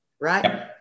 right